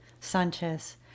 Sanchez